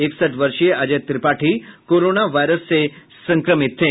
इकसठ वर्षीय Ajay Tripathi corona virus से संक्रमित थे